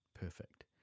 perfect